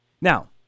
Now